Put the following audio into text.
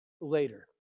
later